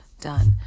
Done